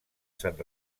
sant